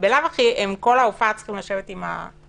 בלאו הכי כל ההופעה הם צריכים לשבת עם המסכה.